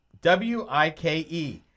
W-I-K-E